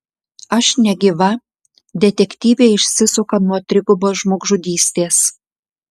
aš negyva detektyvė išsisuka nuo trigubos žmogžudystės